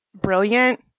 brilliant